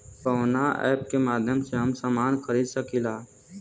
कवना ऐपके माध्यम से हम समान खरीद सकीला?